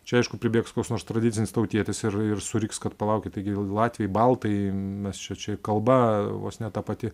čia aišku pribėgs koks nors tradicinis tautietis ir ir suriks kad palaukit tai latviai baltai mes čia čia kalba vos ne ta pati